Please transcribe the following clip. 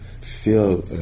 feel